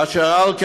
אשר על כן,